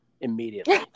immediately